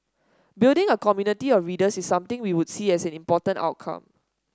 building a community of readers is something we would see as an important outcome